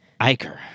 Iker